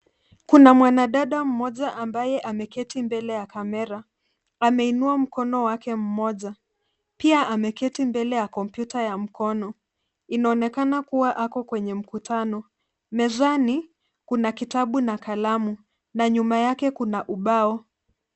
Kuna mwanadada mmoja ambaye ameketi mbele ya kamera, ameinua mkono wake mmoja. Pia ameketi mbele ya kompyuta ya mkono. Inaonekana kuwa ako kwenye mkutano. Mezani, kuna kitabu na kalamu na nyuma yake kuna ubao.